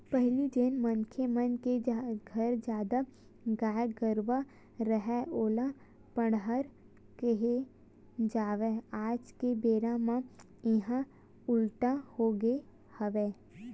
पहिली जेन मनखे मन घर जादा गाय गरूवा राहय ओला बड़हर केहे जावय आज के बेरा म येहा उल्टा होगे हवय